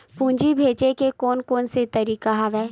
पूंजी भेजे के कोन कोन से तरीका हवय?